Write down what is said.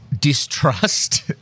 distrust